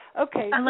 Okay